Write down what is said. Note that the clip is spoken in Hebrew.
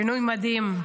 שינוי מדהים,